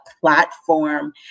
platform